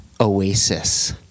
oasis